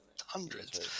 hundreds